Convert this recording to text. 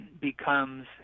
becomes